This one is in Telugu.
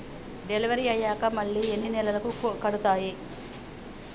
డెలివరీ అయ్యాక మళ్ళీ ఎన్ని నెలలకి కడుతాయి?